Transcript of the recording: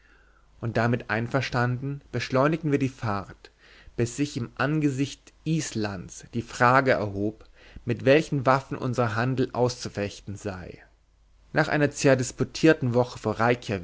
und damit einverstanden beschleunigten wir die fahrt bis sich im angesicht islands die frage erhob mit welchen waffen unser handel auszufechten sei nach einer zerdisputierten woche vor